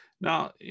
Now